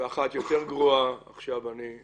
והפרטים חשובים ועלולים גם